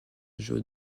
joe